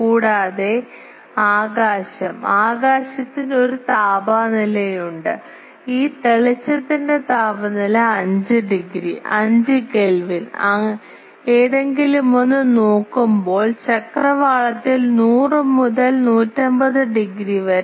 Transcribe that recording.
കൂടാതെ ആകാശം ആകാശത്തിന് ഒരു താപനിലയുണ്ട് ഈ തെളിച്ചത്തിന്റെ താപനില 5 ഡിഗ്രി 5 കെൽവിൻ ഏതെങ്കിലുമൊന്ന് നോക്കുമ്പോൾ ചക്രവാളത്തിൽ 100 മുതൽ 150 ഡിഗ്രി വരെ